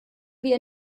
wir